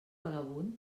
vagabund